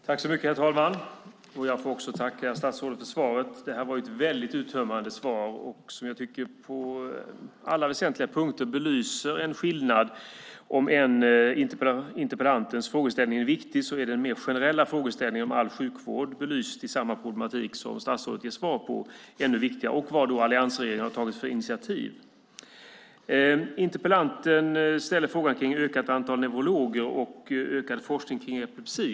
Herr talman! Jag får också tacka statsrådet för svaret. Det var ett väldigt uttömmande svar som jag tycker på alla väsentliga punkter belyste en skillnad. Interpellantens frågeställning är viktig, men den mer generella frågeställningen om all sjukvård belyst i samma problematik är ännu viktigare. Det ger statsrådet svar på - vad alliansregeringen har tagit för initiativ. Interpellanten ställer frågan om ett ökat antal neurologer och ökad forskning om epilepsi.